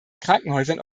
krankenhäusern